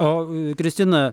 o kristina